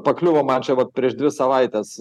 pakliuvo man čia vat prieš dvi savaites